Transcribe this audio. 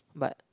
but